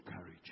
courage